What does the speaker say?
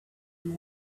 and